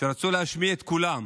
שרצו להשמיע את קולם